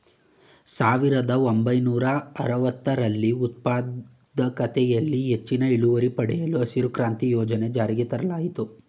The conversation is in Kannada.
ಸಾವಿರದ ಒಂಬೈನೂರ ಅರವತ್ತರಲ್ಲಿ ಉತ್ಪಾದಕತೆಯಲ್ಲಿ ಹೆಚ್ಚಿನ ಇಳುವರಿ ಪಡೆಯಲು ಹಸಿರು ಕ್ರಾಂತಿ ಯೋಜನೆ ಜಾರಿಗೆ ತರಲಾಯಿತು